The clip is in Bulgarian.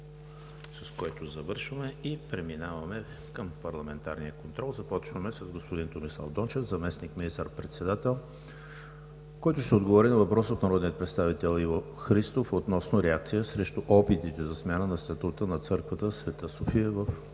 С това завършваме и преминаваме към парламентарния контрол. Започваме с господин Томислав Дончев – заместник министър-председател, който ще отговори на въпрос от народния представител Иво Христов относно реакция срещу опитите за смяна на статута на църквата „Св. София“ в Истанбул.